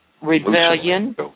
rebellion